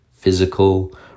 physical